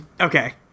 Okay